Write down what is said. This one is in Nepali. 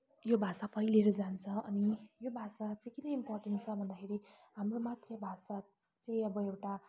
यो भाषा फैलिएर जान्छ अनि यो भाषा चाहिँ किन इम्पोर्टेन्ट छ भन्दाखेरि हाम्रो मातृभाषा चाहिँ अब एउटा